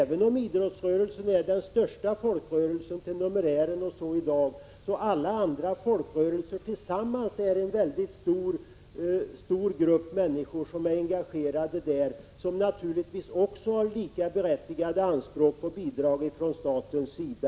Även om idrottsrörelsen är den största folkrörelsen till numerären omfattar alla andra folkrörelser tillsammans en mycket stor grupp människor som är engagerade i dem. De har naturligtvis också likaberättigade anspråk på bidrag från statens sida.